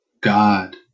God